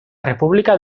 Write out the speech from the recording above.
república